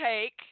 take